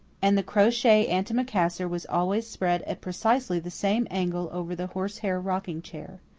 and the crochet antimacassar was always spread at precisely the same angle over the horsehair rocking chair.